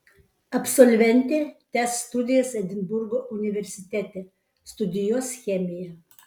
absolventė tęs studijas edinburgo universitete studijuos chemiją